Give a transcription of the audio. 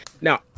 now